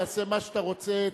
תעשה מה שאתה רוצה,